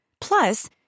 Plus